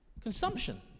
Consumption